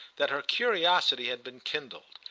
that her curiosity had been kindled